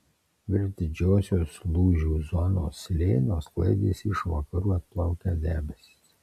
virš didžiosios lūžių zonos slėnio sklaidėsi iš vakarų atplaukę debesys